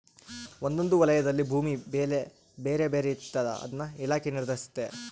ಒಂದೊಂದು ವಲಯದಲ್ಲಿ ಭೂಮಿ ಬೆಲೆ ಬೇರೆ ಬೇರೆ ಇರ್ತಾದ ಅದನ್ನ ಇಲಾಖೆ ನಿರ್ಧರಿಸ್ತತೆ